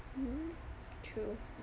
mmhmm true